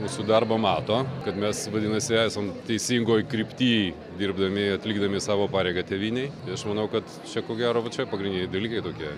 mūsų darbą mato kad mes vadinasi esam teisingoj krypty dirbdami atlikdami savo pareigą tėvynei tai aš manau kad čia ko gero va čia pagrindiniai dalykai tokie